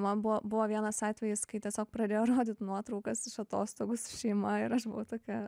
man buvo buvo vienas atvejis kai tiesiog pradėjo rodyt nuotraukas iš atostogų su šeima ir aš buvau tokia